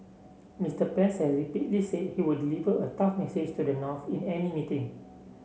Mister Pence has repeatedly say he would deliver a tough message to the north in any meeting